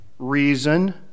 reason